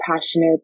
passionate